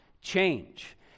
change